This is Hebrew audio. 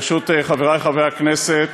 ברשות חברי חברי הכנסת,